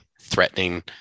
threatening